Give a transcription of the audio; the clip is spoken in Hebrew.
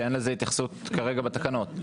אין לזה התייחסות, כרגע, בתקנות.